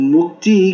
Mukti